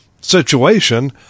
situation